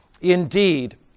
Indeed